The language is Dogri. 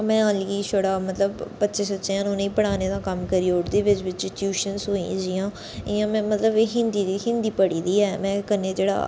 में अल्ली छड़ा बच्चें शच्चें उ'नेंगी पढ़ाने दा कम्म करी ओड़दी बिच्च बिच्च ट्यूशनस होई गेइयां जियां इ'यां में मतलब हिंदी दी हिंदी पढ़ी दी ऐ में कन्नै जेह्ड़ा